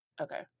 okay